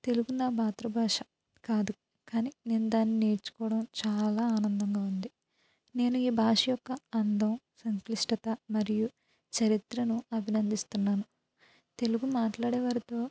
తెలుగు నా మాతృభాష కాదు కానీ నేను దాన్ని నేర్చుకోవడం చాలా ఆనందంగా ఉంది నేను ఈ భాష యొక్క అందం సంక్లిష్టత మరియు చరిత్రను అభినందిస్తున్నాను తెలుగు మాట్లాడేవారితో